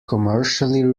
commercially